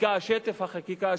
שטף החקיקה,